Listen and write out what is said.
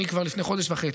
אני, כבר לפני חודש וחצי,